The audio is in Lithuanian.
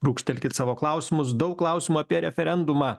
brūkštelkit savo klausimus daug klausimų apie referendumą